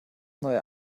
neue